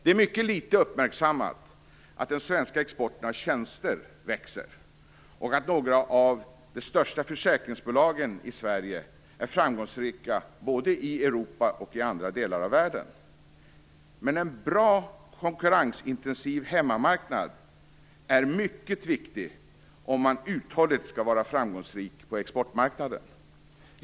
Det är mycket litet uppmärksammat att den svenska exporten av tjänster växer, och att några av de största försäkringsbolagen är framgångsrika både i Europa och i andra delar av världen. Men en bra, konkurrensintensiv hemmamarknad är mycket viktig om man uthålligt skall vara framgångsrik på exportmarknaden.